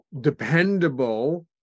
dependable